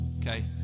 okay